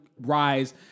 rise